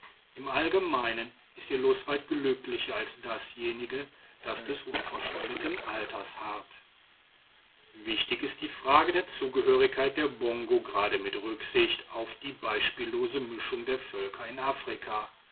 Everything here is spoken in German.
im allgemeinen ist ihr los weit glücklicher als dasjenige das des unverschuldeten alters harrt wichtig ist die frage der zugehörigkeit der bongo gerade mit rücksicht auf die beispiellose mischung der völker in afrika